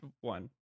one